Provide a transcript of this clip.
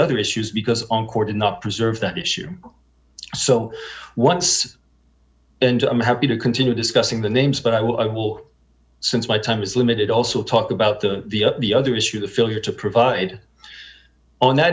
other issues because on court not preserve that issue so once and i'm happy to continue discussing the names but i will i will since my time is limited also talk about the the up the other issue to fill your to provide on that